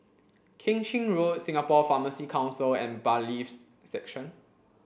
Keng Chin Road Singapore Pharmacy Council and Bailiffs' Section